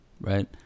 Right